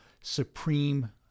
Supreme